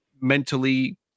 mentally